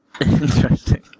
Interesting